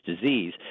disease